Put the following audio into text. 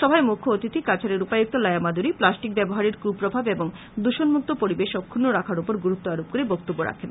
সভায় মৃখ্য অতিথি কাছাড়ের উপায়ুক্ত লায়া মাদুরী প্লাস্টিক ব্যবহারের কুপ্রভাব এবং দৃষনমুক্ত পরিবেশ অক্ষুন্ন রাখর ওপর গুরুত্ব আরোপ করে বক্তব্য রাখেন